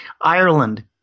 Ireland